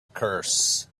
curse